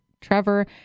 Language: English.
Trevor